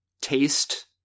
taste